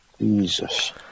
Jesus